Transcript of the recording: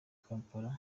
kampala